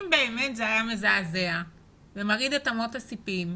אם באמת זה היה מזעזע ומרעיד את אמות הספים,